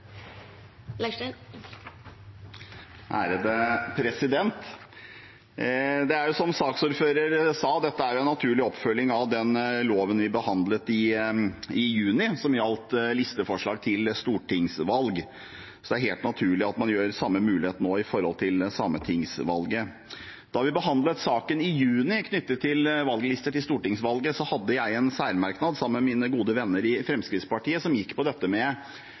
det samme der. Det er en samlet komité som stiller seg bak forslaget. Dette er, som saksordføreren sa, en naturlig oppfølging av den loven vi behandlet i juni, som gjaldt listeforslag til stortingsvalg. Det er helt naturlig at man nå gir samme mulighet for sametingsvalg. Da vi i juni behandlet saken knyttet til valglister til stortingvalget, hadde jeg en særmerknad sammen med mine gode venner i Fremskrittspartiet, som gikk på at en ordning med